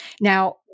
Now